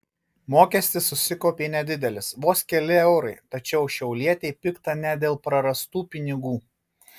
mokestis susikaupė nedidelis vos keli eurai tačiau šiaulietei pikta ne dėl prarastų pinigų